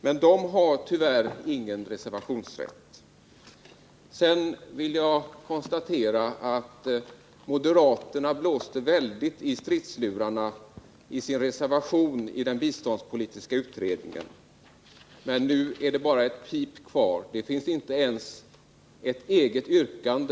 Men de har tyvärr ingen reservationsrätt. Sedan vill jag konstatera att moderaterna blåste väldigt i stridslurarna i sin reservation i den biståndspolitiska utredningen, men nu är det bara ett pip kvar. Moderaterna har inte ens ett eget yrkande.